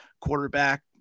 quarterback